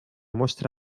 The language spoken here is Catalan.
mostra